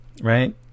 Right